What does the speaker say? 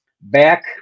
back